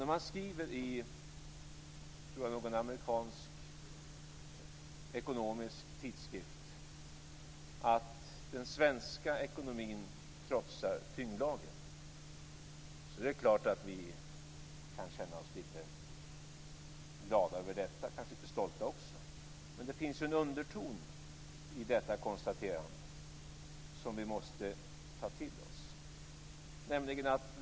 När man skriver i någon amerikansk ekonomisk tidskrift, tror jag, att den svenska ekonomin trotsar tyngdlagen är det klart att vi kan känna oss lite glada över detta, och kanske också lite stolta. Men det finns en underton i detta konstaterande som vi måste ta till oss.